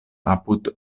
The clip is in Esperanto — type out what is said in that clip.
apud